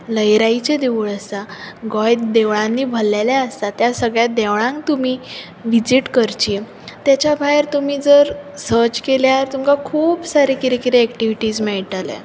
लयराईचें देवूळ आसा गोंय देवळांनी भल्लेंलें आसा त्या सगळ्या देवळांक तुमी विझीट करचीं ताच्या भायर तुमी जर सच केल्यार तुमकां खूब सारे कितें कितें एक्टिविटीज मेळटले